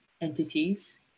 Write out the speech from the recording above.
entities